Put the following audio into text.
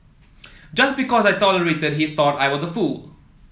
just because I tolerated he thought I was a fool